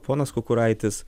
ponas kukuraitis